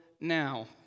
now